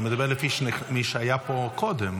אני מדבר לפי מי שהיה פה קודם,